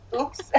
Oops